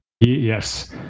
Yes